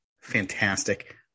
fantastic